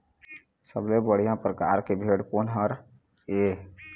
सबले बढ़िया परकार के भेड़ कोन हर ये?